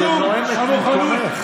את נואמת ממקומך.